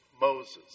Moses